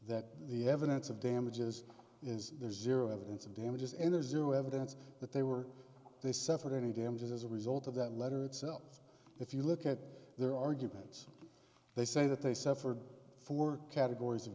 that the evidence of damages is there's zero evidence of damages and there's zero evidence that they were they suffered any damages as a result of that letter itself if you look at their arguments they say that they suffered four categories of